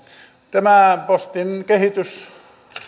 tämä postin kehitys